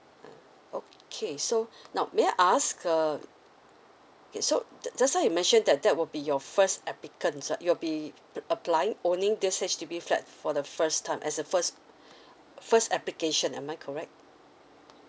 okay so now may I ask uh okay so the just now you mentioned that that will be your first applicants ah you'll be applying owning this H_D_B flat for the first time as in first first application am I correct